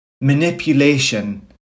manipulation